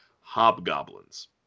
Hobgoblins